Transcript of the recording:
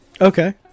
okay